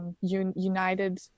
United